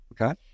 Okay